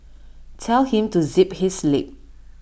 tell him to zip his lip